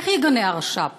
איך תגנה הרש"פ